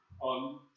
on